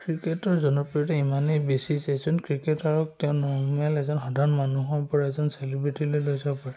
ক্ৰিকেটৰ জনপ্ৰিয়তা ইমানেই বেছি যে এজন ক্ৰিকেটাৰক তেওঁ নৰ্মেল এজন সাধাৰণ মানুহৰ পৰা এজন চেলিব্ৰেটিলৈ লৈ যাব পাৰে